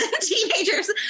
teenagers